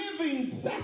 living